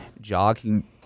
jogging